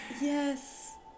Yes